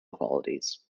qualities